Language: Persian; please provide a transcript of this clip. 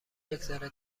یکذره